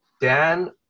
Dan